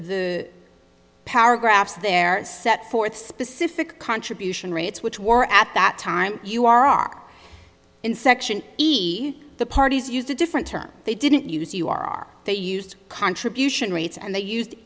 the paragraphs there set forth specific contribution rates which were at that time you are are in section the parties used a different term they didn't use you are they used contribution rates and they used